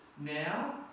now